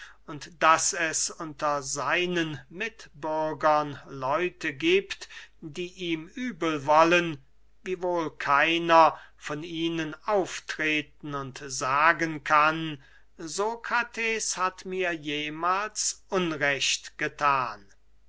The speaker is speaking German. daß es unter seinen mitbürgern leute giebt die ihm übel wollen wiewohl keiner von ihnen auftreten und sagen kann sokrates hat mir jemahls unrecht gethan